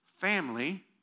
family